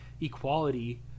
equality